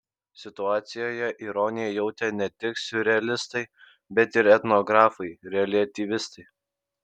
situacijoje ironiją jautė ne tik siurrealistai bet ir etnografai reliatyvistai